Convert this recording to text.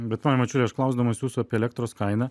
bet pone mačiuli aš klausdamas jūsų apie elektros kainą